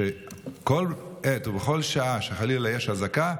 שבכל עת ובכל שעה שחלילה יש אזעקה,